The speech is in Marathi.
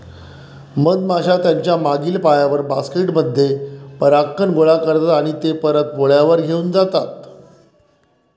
मधमाश्या त्यांच्या मागील पायांवर, बास्केट मध्ये परागकण गोळा करतात आणि ते परत पोळ्यावर घेऊन जातात